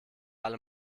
alle